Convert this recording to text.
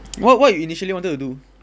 what what you initially wanted to do